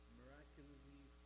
miraculously